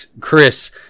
chris